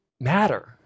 matter